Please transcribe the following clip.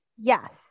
yes